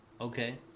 Okay